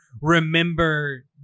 remember